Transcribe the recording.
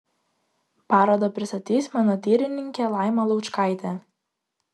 parodą pristatys menotyrininkė laima laučkaitė